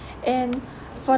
and for